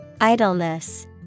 Idleness